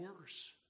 worse